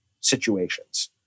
situations